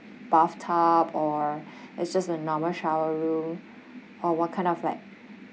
bathtub or it's just a normal shower room or what kind of like